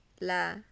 la